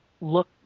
look